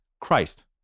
Christ